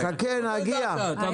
חכה, נגיע גם.